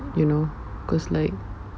you know cause like